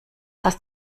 hast